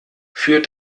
für